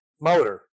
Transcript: motor